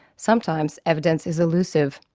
sometimes evidence is elusive.